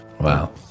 Wow